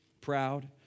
proud